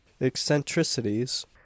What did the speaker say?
eccentricities